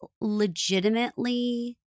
legitimately